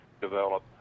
develop